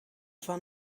van